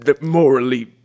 morally